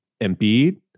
Embiid